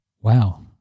wow